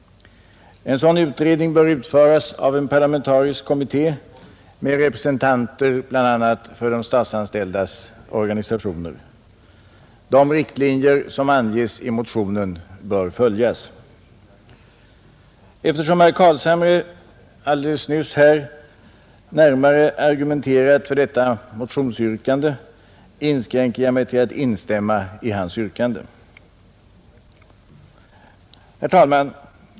En sådan utredning bör utföras av en parlamentarisk kommitté med representanter för bl.a. de statsanställdas organisationer. De riktlinjer som anges i motionen bör följas. Eftersom herr Carlshamre alldeles nyss närmare argumenterat för detta motionsyrkande inskränker jag mig till att instämma i hans yrkande, Herr talman!